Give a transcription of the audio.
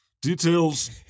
details